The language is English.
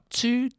two